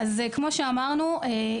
כמו שאמרנו,